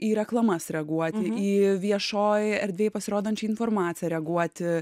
į reklamas reaguoti į viešojoj erdvėj pasirodančią informaciją reaguoti